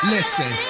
Listen